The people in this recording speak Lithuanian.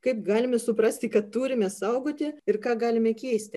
kaip galime suprasti kad turime saugoti ir ką galime keisti